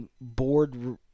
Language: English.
board